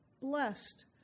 blessed